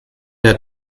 der